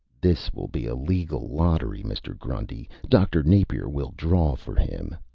this will be a legal lottery, mr. grundy. dr. napier will draw for him.